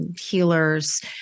healers